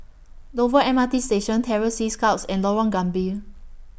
Dover M R T Station Terror Sea Scouts and Lorong Gambir